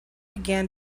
began